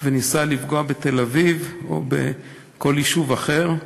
וניסה לפגוע בתל-אביב או בכל יישוב אחר,